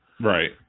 Right